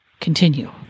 continue